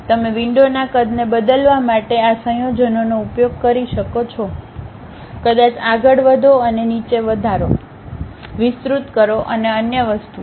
તમે વિંડોના કદને બદલવા માટે આ સંયોજનોનો ઉપયોગ કરો છો કદાચ આગળ વધો અને નીચે વધારો વિસ્તૃત કરો અને અન્ય વસ્તુઓ